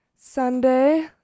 Sunday